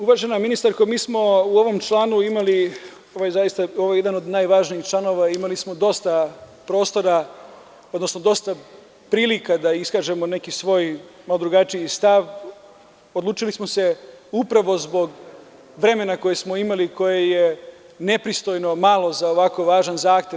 Uvažena ministarko, mi smo u ovom članu imali, ovo je jedan od najvažnijih članova, imali smo dosta prostora, odnosno dosta prilika da iskažemo neki svoj malo drugačiji stav, odlučili smo se upravo zbog vremena koje smo imali, koje je nepristojno malo za ovako važan zakon.